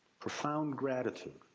profound gratitude.